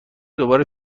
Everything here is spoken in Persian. دوباره